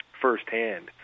firsthand